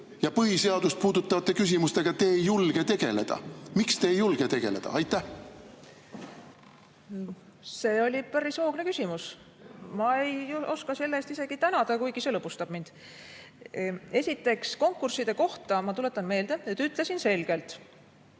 ja põhiseadust puudutavate küsimustega te ei julge tegeleda. Miks te ei julge tegeleda? See oli päris hoogne küsimus. Ma ei oska selle eest isegi tänada, kuigi see lõbustab mind. Esiteks, konkursside kohta, ma tuletan meelde, ütlesin selgelt: